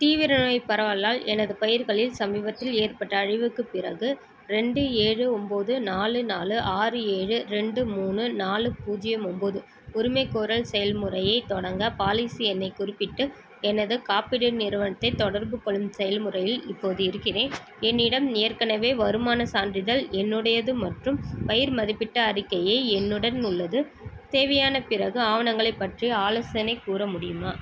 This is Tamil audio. தீவிர நோய் பரவல்லால் எனது பயிர்களில் சமீபத்தில் ஏற்பட்ட அழிவுக்குப் பிறகு ரெண்டு ஏழு ஒம்பது நாலு நாலு ஆறு ஏழு ரெண்டு மூணு நாலு பூஜ்யம் ஒம்பது உரிமைகோரல் செயல்முறையைத் தொடங்க பாலிசி எண்ணைக் குறிப்பிட்டு எனது காப்பீடு நிறுவனத்தைத் தொடர்பு கொள்ளும் செயல்முறையில் இப்போது இருக்கிறேன் என்னிடம் ஏற்கனவே வருமானச் சான்றிதழ் என்னுடையது மற்றும் பயிர் மதிப்பீட்டு அறிக்கையை என்னுடன் உள்ளது தேவையான பிறகு ஆவணங்களைப் பற்றி ஆலோசனை கூற முடியுமா